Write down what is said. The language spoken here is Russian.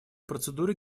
процедуры